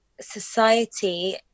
society